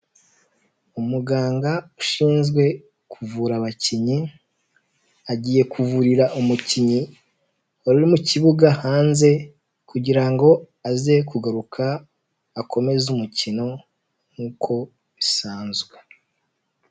umuganga ushinzwe kuvura abakinnyi agiye kuvurira umukinnyi wari uri mu kibuga hanze kugira ngo aze kugaruka akomeze umukino nk'uko bisanzwe.